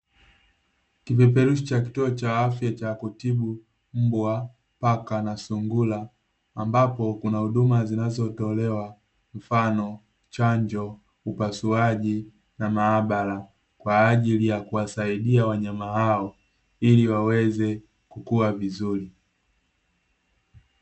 Kipeperushi cha kituo cha afya cha kutibu mbwa, paka na sungura, ambapo kuna huduma zinazotolewa, mfano: chanjo, upasuaji na maabara, kwa ajili ya kuwasaidia wanyama hao, ili waweze kukua vizuri.